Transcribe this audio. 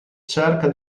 cerca